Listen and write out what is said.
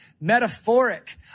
metaphoric